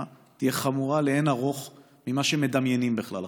תהיה חמורה לאין ערוך ממה שמדמיינים בכלל עכשיו.